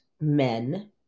men